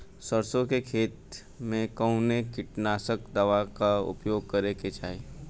सरसों के खेत में कवने कीटनाशक दवाई क उपयोग करे के चाही?